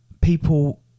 people